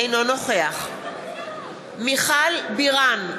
אינו נוכח מיכל בירן,